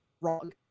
wrong